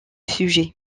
sujet